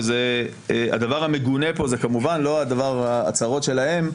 והדבר המגונה פה זה כמובן לא ההצהרות שלהם,